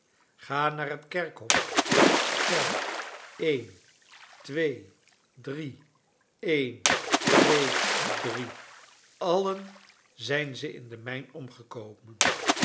ga naar het kerkhof tel een twee drie een twee drie allen zijn ze in de mijn omgekomen